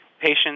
patients